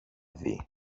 δει